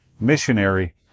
missionary